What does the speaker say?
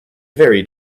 very